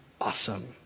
awesome